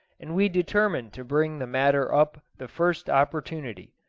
and we determined to bring the matter up the first opportunity.